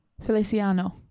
feliciano